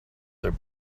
their